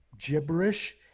gibberish